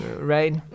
right